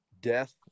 death